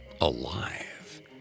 alive